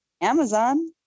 Amazon